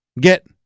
get